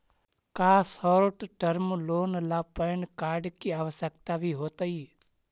का short term loan ला PAN card की आवश्यकता भी होतइ